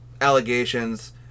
allegations